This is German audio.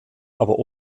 aber